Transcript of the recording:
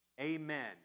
Amen